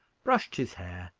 brushed his hair,